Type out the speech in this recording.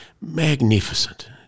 Magnificent